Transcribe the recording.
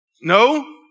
No